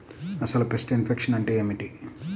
అసలు pest infection అంటే ఏమిటి?